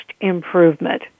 improvement